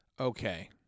Okay